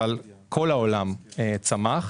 כל העולם צמח,